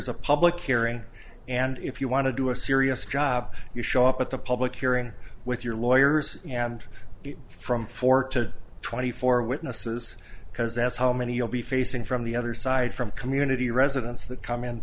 's a public hearing and if you want to do a serious job you show up at the public hearing with your lawyers and from four to twenty four witnesses because that's how many you'll be facing from the other side from community residents that come in